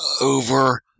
over